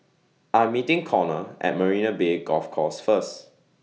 I Am meeting Connor At Marina Bay Golf Course First